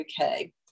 okay